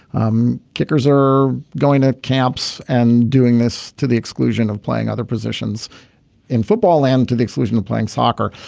um kickers are going to camps and doing this to the exclusion of playing other positions in football and to the exclusion of playing soccer.